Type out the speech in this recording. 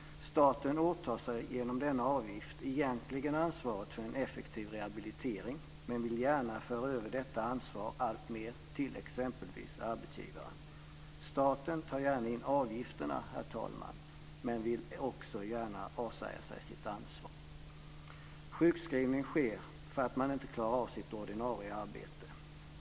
Staten åtar sig genom denna avgift egentligen ansvaret för en effektiv rehabilitering men vill gärna föra över detta ansvar alltmer till exempelvis arbetsgivaren. Staten tar gärna in avgifterna, herr talman, men vill också gärna avsäga sig sitt ansvar. Sjukskrivning sker för att man inte klarar av sitt ordinarie arbete.